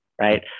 right